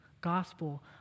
gospel